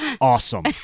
awesome